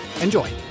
Enjoy